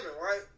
right